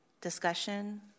discussion